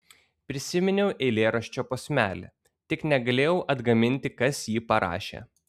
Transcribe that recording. prisiminiau eilėraščio posmelį tik negalėjau atgaminti kas jį parašė